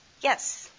yes